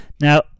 Now